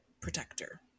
protector